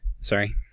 Sorry